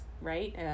right